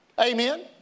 Amen